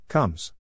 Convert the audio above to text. Comes